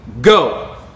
go